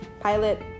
pilot